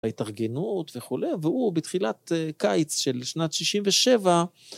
ההתארגנות, וכולי, והוא בתחילת א... קיץ של שנת שישים ושבע,